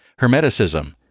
hermeticism